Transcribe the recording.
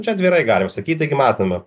čia atvirai galime sakyti gi matome